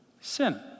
Sin